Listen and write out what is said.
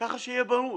ככה שיהיה ברור.